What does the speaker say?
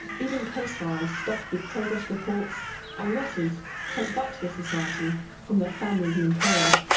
even case files stuffed with progress reports and letters sent back to the society from their families and employers.